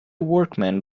workman